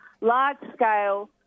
Large-scale